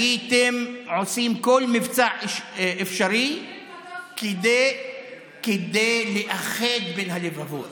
הייתם עושים כל מבצע אפשרי כדי לאחד את הלבבות,